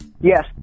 Yes